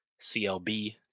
CLB